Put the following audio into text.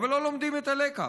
אבל לא לומדים את הלקח.